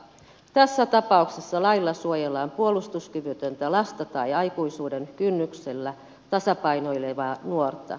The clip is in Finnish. tässä tapauksessa lailla suojellaan puolustuskyvytöntä lasta tai aikuisuuden kynnyksellä tasapainoilevaa nuorta